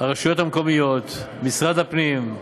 הרשויות המקומיות, משרד הפנים.